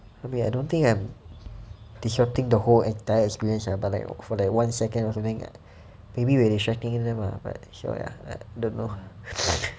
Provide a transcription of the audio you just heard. okay I don't think I'm disrupting the whole entire experience ah but like for that one second or something like maybe we're distracting them lah but ya like I don't know